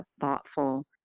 thoughtful